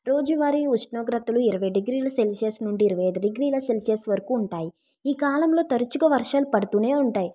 రోజువారీ ఉష్ణోగ్రతలు ఇరవై డిగ్రీలు సెల్సియస్ నుండి ఇరవై ఐదు డిగ్రీ ల సెల్సియస్ వరకు ఉంటాయి ఈ కాలంలో తరుచుగా వర్షాలు పడతూనే ఉంటాయి